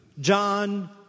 John